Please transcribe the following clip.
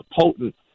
potent